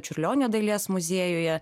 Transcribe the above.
čiurlionio dailės muziejuje